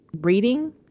reading